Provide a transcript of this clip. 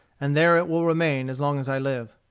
and there it will remain as long as i live.